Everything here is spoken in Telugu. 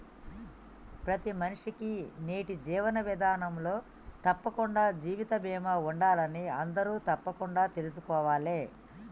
ప్రతి మనిషికీ నేటి జీవన విధానంలో తప్పకుండా జీవిత బీమా ఉండాలని అందరూ తప్పకుండా తెల్సుకోవాలే